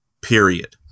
period